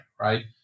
right